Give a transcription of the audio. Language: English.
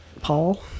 Paul